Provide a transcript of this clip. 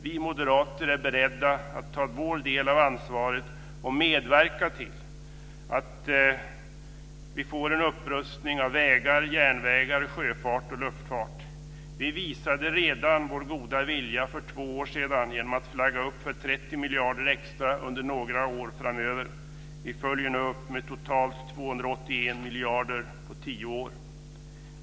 Vi moderater är beredda att ta vår del av ansvaret och medverka till att vi får en upprustning av vägar, järnvägar, sjöfart och luftfart. Vi visade vår goda vilja redan för två år sedan genom att flagga upp för 30 miljarder extra under några år framöver. Vi följer nu upp med totalt 281 miljarder på tio år.